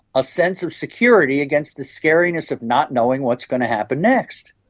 a sense of security against the scariness of not knowing what's going to happen next.